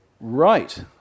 Right